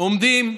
עומדים איראן,